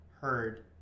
heard